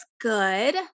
good